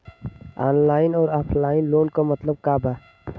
Online अउर offline loan क मतलब का बा?